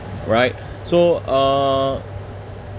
right so uh